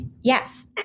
Yes